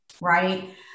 right